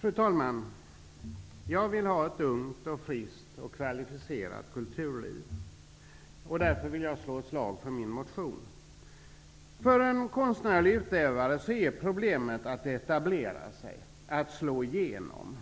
Fru talman! Jag vill ha ett ungt, friskt och kvalificerat kulturliv. Därför vill jag slå ett slag för min motion. För en konstnärlig utövare är problemet att etablera sig, att slå igenom.